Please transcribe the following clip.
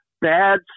bad